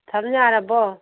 ꯊꯝ ꯌꯥꯔꯕꯣ